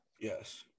Yes